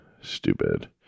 Stupid